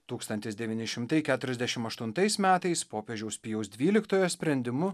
tūkstantis devyni šimtai keturiasdešimt aštuntais metais popiežiaus pijaus dvyliktojo sprendimu